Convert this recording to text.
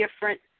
different